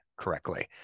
correctly